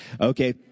okay